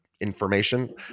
information